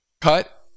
cut